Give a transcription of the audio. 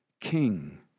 king